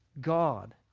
God